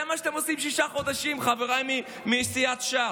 זה מה שאתם עושים שישה חודשים, חבריי מסיעת ש"ס,